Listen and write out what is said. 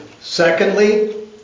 Secondly